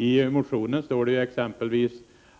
I motionen står exempelvis